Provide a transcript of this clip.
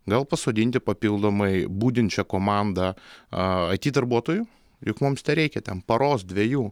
gal pasodinti papildomai budinčią komandą a ai ty darbuotojų juk mums tereikia ten paros dviejų